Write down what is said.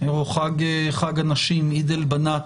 או חג השנים, עיד אלבנאת.